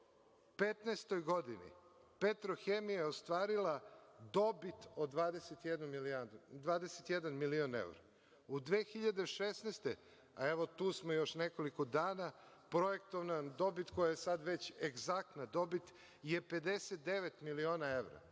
2015. godini „Petrohemija“ je ostvarila dobit od 21 milion evra. U 2016. godini, a evo tu smo još nekoliko dana, projektovana je dobit, koja je sada već egzaktna dobit, od 59 miliona evra.